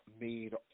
made